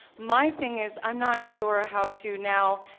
my thing is i'm not sure how to now,